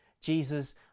Jesus